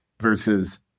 versus